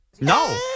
No